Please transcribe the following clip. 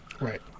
Right